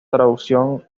traducción